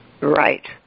Right